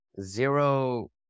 zero